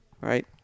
right